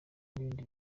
n’ibindi